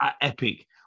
epic